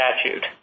statute